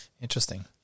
Interesting